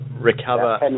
recover